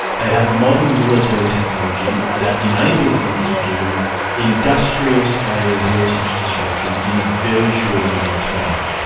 they have modern military technology that enables them to do industrial scale heritage destruction in a very short amount of time.